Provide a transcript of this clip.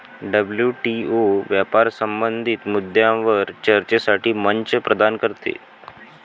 WTO व्यापार संबंधित मुद्द्यांवर चर्चेसाठी मंच प्रदान करते